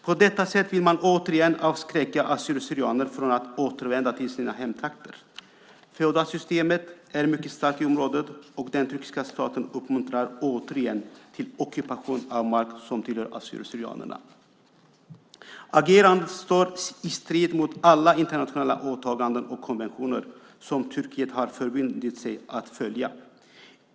På detta sätt vill man återigen avskräcka assyrier syrianer. Agerandet står i strid med alla internationella åtaganden och konventioner som Turkiet har förbundit sig att följa.